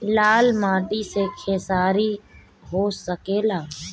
लाल माटी मे खेसारी हो सकेला?